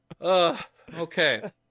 Okay